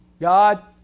God